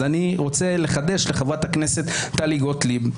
אני רוצה לחדש לחברת הכנסת טלי גוטליב,